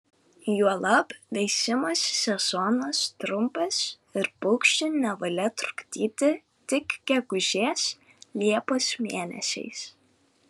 juolab veisimosi sezonas trumpas ir paukščių nevalia trukdyti tik gegužės liepos mėnesiais